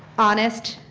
honest,